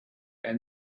and